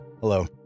Hello